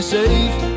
Safe